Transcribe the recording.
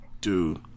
Dude